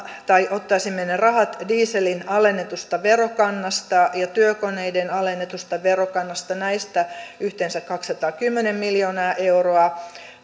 tai ottaisimme ne rahat dieselin alennetusta verokannasta ja työkoneiden alennetusta verokannasta näistä yhteensä kaksisataakymmentä miljoonaa euroa